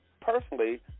Personally